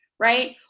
right